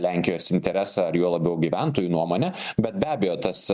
lenkijos interesą ar juo labiau gyventojų nuomonę bet be abejo tas